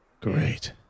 Great